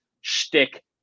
shtick